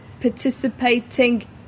participating